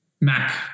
Mac